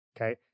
okay